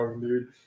dude